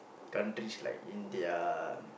countries like India